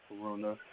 corona